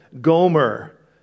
Gomer